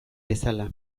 bezala